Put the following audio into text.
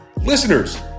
Listeners